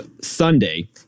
Sunday